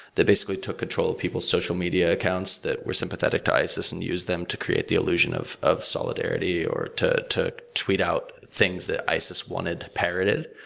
they basically took control of people's social media accounts that were sympathetic to isis and used them to create the illusion of of solidarity, or to to tweet out things that isis wanted pirated.